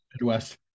Midwest